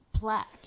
black